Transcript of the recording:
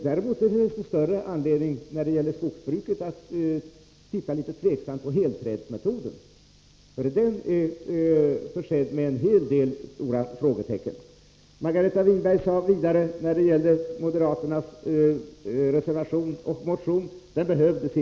När det gäller skogsbruket finns det emellertid anledning att se litet tveksamt på helträdsmetoden. Den är försedd med flera stora frågetecken, förenade med bortförseln av växtnäring. Margareta Winberg sade att moderaternas reservation och motion inte behövdes.